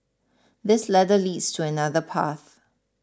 this ladder leads to another path